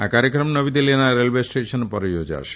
આ કાર્યક્રમ નવી દિલ્હીના રેલવે સ્ટેશન પર યોજાશે